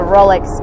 Rolex